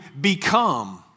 become